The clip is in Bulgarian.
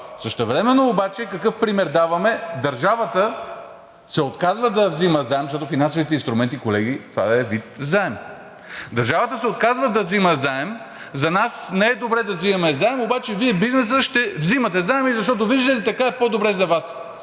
Същевременно обаче какъв пример даваме – държавата се отказва да взима заем, защото финансовите инструменти, колеги, това е вид заем, за нас не е добре да взимаме заем, обаче Вие, бизнесът, ще взимате заем, защото виждате ли, така е по-добре за Вас.